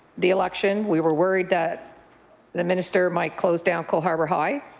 the election we were worried that the minister might close down cole harbour high.